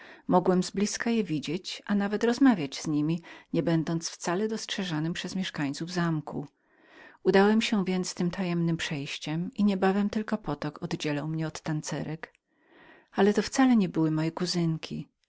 mogłem bliżej je widzieć a nawet rozmawiać z niemi nie będąc wcale dostrzeżonym przez mieszkańców zamku udałem się więc tem tajemnem przejściem i niebawem potok rozdzielał mnie tylko od tancerek ale to wcale nie były moje kuzynki